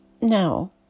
Now